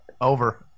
Over